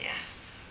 Yes